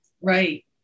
Right